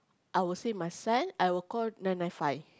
I will save my son I will call nine nine five